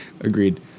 Agreed